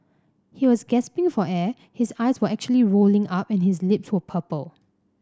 he was gasping for air his eyes were actually rolling up and his lips were purple